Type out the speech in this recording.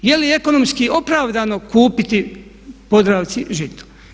Je li ekonomski opravdano kupiti Podravci Žito?